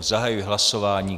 Zahajuji hlasování.